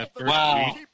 Wow